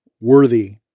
worthy